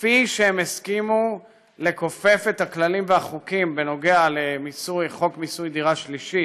כפי שהם הסכימו לכופף את הכללים והחוקים בנושא חוק מיסוי דירה שלישית,